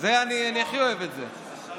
אני הכי אוהב את זה.